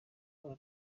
muri